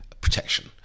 protection